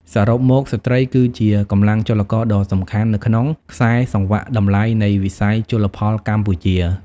សរុបមក ស្ត្រីគឺជាកម្លាំងចលករដ៏សំខាន់នៅក្នុងខ្សែសង្វាក់តម្លៃនៃវិស័យជលផលកម្ពុជា។